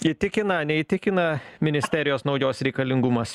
įtikina neįtikina ministerijos naujos reikalingumas